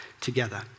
together